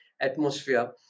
atmosphere